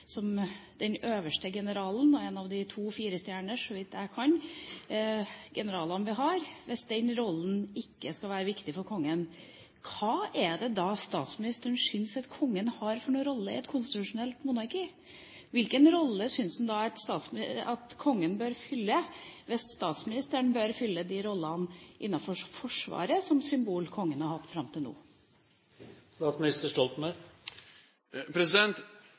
som øverste forsvarssjef, som kongen har som øverste general og en av de to firestjerners – så vidt jeg vet – generalene vi har, ikke skal være viktig for kongen, hvilken rolle syns da statsministeren at kongen har i et konstitusjonelt monarki? Hvilken rolle syns han at kongen bør fylle, hvis statsministeren skal fylle de rollene som kongen som symbol fram til nå har hatt innenfor Forsvaret? Kongen har